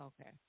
Okay